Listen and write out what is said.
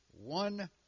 one